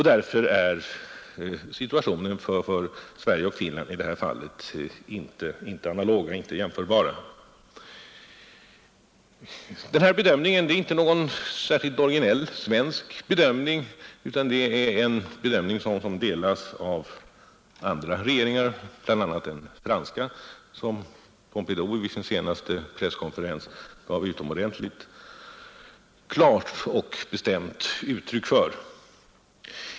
Därför är Sveriges situation i det här fallet inte analog med Finlands, Den här bedömningen är inte någon särskilt originell svensk bedömning, utan det är en bedömning som delas av andra regeringar, bland andra den franska, vilken president Pompidou vid sin senaste presskonferens gav utomordentligt klart och bestämt uttryck för.